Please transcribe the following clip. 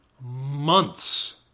months